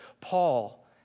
Paul